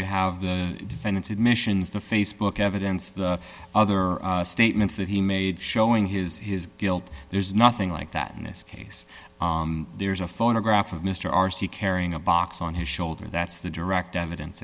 you have the defendant's admissions the facebook evidence the other statements that he made showing his his guilt there's nothing like that in this case there's a photograph of mr r c carrying a box on his shoulder that's the direct evidence